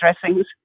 dressings